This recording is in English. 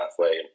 halfway